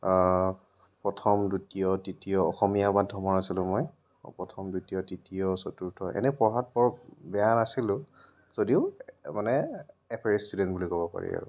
প্ৰথম দ্বিতীয় তৃতীয় অসমীয়া মাধ্য়মত আছিলোঁ মই প্ৰথম দ্বিতীয় তৃতীয় চতুৰ্থ এনেই পঢ়াত বৰ বেয়া নাছিলোঁ যদিও মানে এভাৰেজ ষ্টুডেণ্ট বুলি ক'ব পাৰি আৰু